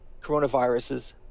coronaviruses